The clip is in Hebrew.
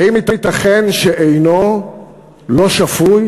האם ייתכן שאינו לא-שפוי,